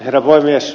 herra puhemies